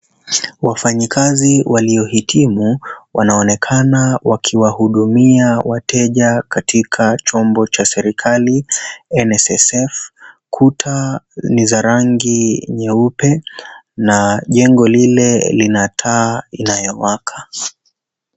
Wafanyakazi waliohitimu, wanaonekana wakiwahudumia wateja katika chombo cha serikali NSSF . Kuta ni za rangi nyeupe na jengo lile lina taa inayowaka.